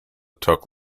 took